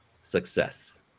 success